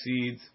seeds